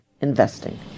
investing